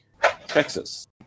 Texas